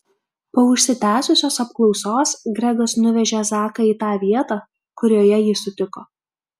po užsitęsusios apklausos gregas nuvežė zaką į tą vietą kurioje jį sutiko